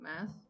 math